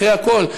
אחרי הכול,